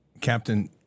captain